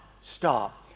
stop